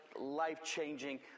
life-changing